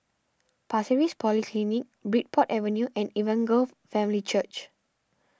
Pasir Ris Polyclinic Bridport Avenue and Evangel Family Church